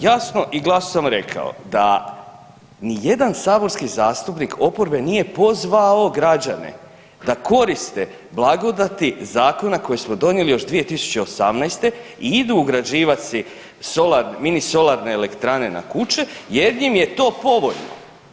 Jasno i glasno sam rekao da ni jedan saborski zastupnik oporbe nije pozvao građane da koriste blagodati zakona koji smo donijeli još 2018. i idu ugrađivati si mini solarne elektrane na kuće, jer im je to povoljno.